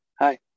Hi